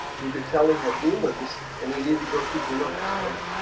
you could tell he had demons and he needed to go through deliverance, correct?